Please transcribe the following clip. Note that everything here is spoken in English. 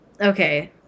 Okay